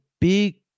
big